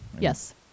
Yes